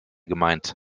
gemeint